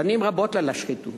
פנים רבות לה לשחיתות,